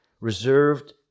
reserved